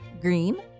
green